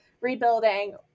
rebuilding